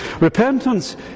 Repentance